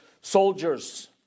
soldiers